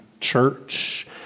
church